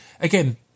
Again